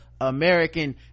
american